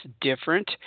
different